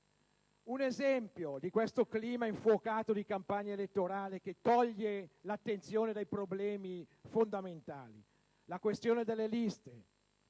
Un esempio del clima infuocato da campagna elettorale che toglie l'attenzione dai problemi fondamentali è la questione delle liste.